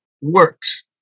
works